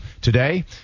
today